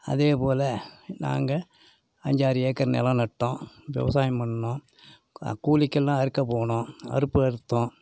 அதே போல் நாங்கள் அஞ்சாறு ஏக்கர் நிலம் நட்டோம் விவசாயம் பண்ணோம் கூலிக்கெல்லாம் அறுக்க போனோம் அறுப்பு அறுத்தோம்